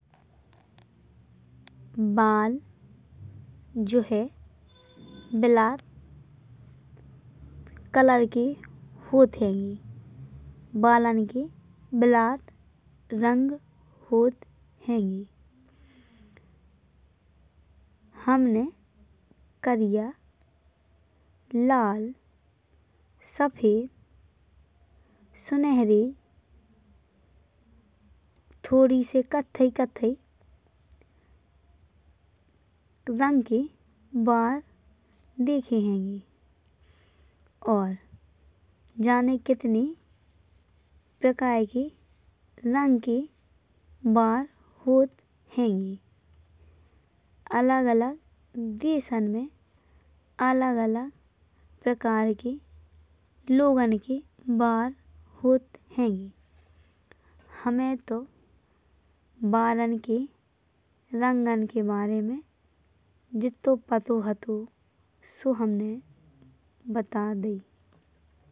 बाल जो है बिलाट कलर के होत हइंगे। बालन् के बिलाट रंग होत हइंगे। हमने करिया लाल सफेद सुनहरे थोड़ी से कत्थई कत्थई रंग के बाल देखे हइंगे। और जाने कितने प्रकार के रंग के बाल होत हइंगे। अलग अलग देशन में अलग अलग प्रकार के लोगन के बार होत हइंगे। हमे तो बारन के रंगन के बारे में जित्तो पहतो तँ हमने बता दई।